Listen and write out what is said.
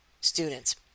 students